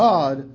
God